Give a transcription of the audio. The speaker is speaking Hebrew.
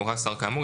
הורה השר כאמור,